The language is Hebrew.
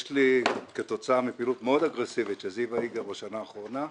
יש לי כתוצאה מפעילות מאוד אגרסיבית של זיוה איגר בשנה האחרונה,